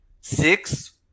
six